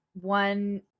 one